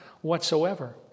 whatsoever